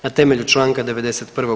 Na temelju Članka 91.